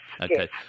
Okay